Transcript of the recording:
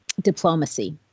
diplomacy